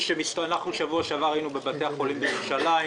שבוע שעבר היינו בבתי חולים בירושלים,